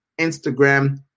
Instagram